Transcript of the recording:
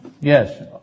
Yes